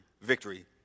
Victory